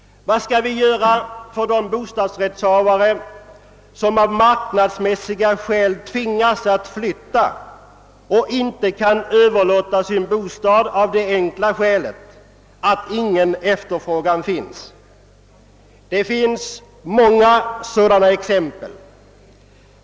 Vad skall vi göra för de bostadsrättshavare som av marknadsmässiga skäl tvingas flytta och inte kan överlåta sin bostad av det enkla skälet att det inte finns någon efterfrågan? Vi har många exempel på det.